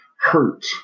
hurt